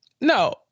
No